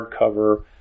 hardcover